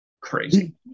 Crazy